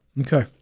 Okay